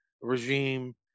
regime